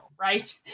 right